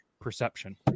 perception